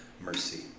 mercy